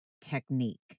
technique